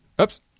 Oops